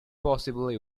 possibly